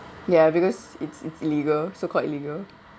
ya because it's it's illegal so called illegal